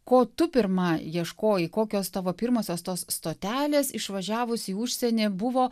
ko tu pirma ieškojai kokios tavo pirmosios tos stotelės išvažiavus į užsienį buvo